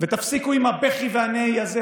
ותפסיקו עם הבכי והנהי הזה,